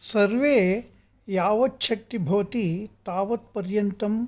सर्वे यावच्छक्ति भवति तावत् पर्यन्तम्